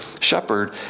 Shepherd